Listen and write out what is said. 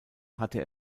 hatte